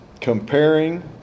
comparing